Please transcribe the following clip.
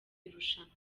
irushanwa